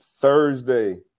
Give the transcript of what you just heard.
Thursday